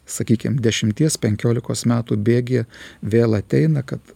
sakykim dešimties penkiolikos metų bėgyje vėl ateina kad